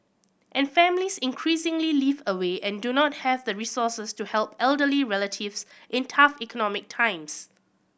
and families increasingly live away and do not have the resources to help elderly relatives in tough economic times